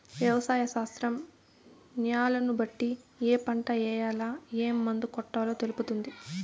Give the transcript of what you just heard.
వ్యవసాయ శాస్త్రం న్యాలను బట్టి ఏ పంట ఏయాల, ఏం మందు కొట్టాలో తెలుపుతుంది